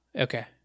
Okay